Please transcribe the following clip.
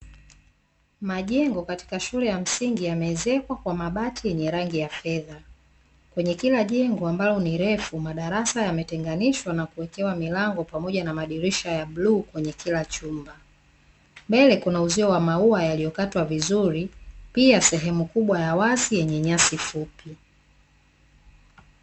Majengo katika shule ya msingi yameezekwa kwa mabati lenye rangi ya fedha. Kwenye kila jengo ambalo ni refu, madarasa yametenganishwa na kuwekewa milango pamoja na madirisha ya bluu kwenye kila chumba. Mbele kuna uzio wa maua yaliyokatwa vizuri, pia sehemu kubwa ya wazi yenye nyasi fupi.